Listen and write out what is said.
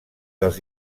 dels